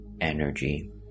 energy